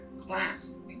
class